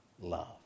love